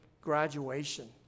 graduation